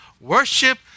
worship